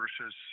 versus